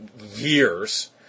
years